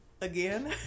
again